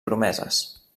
promeses